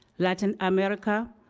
latin america,